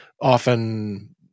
often